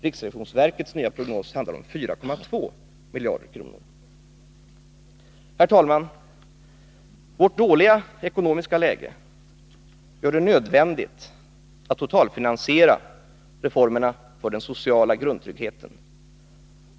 Riksrevisionsverkets nya prognos handlar om 4,2 miljarder. Herr talman! Vårt dåliga ekonomiska läge gör det nödvändigt att totalfinansiera reformerna för den sociala grundtryggheten.